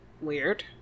Weird